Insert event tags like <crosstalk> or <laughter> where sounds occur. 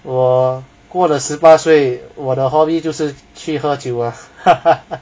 我过了十八岁我的 hobby 就是去喝酒 ah <laughs>